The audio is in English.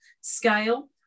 scale